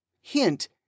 Hint